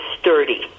sturdy